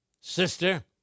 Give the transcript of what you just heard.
sister